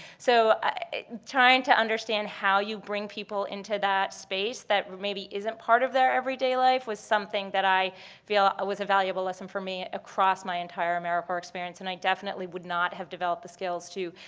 so trying to understand how you bring people into that space that maybe isn't part of their everyday life was something that i feel was a valuable lesson for me across my entire americorps experience. and i definitely would not have developed the skills to,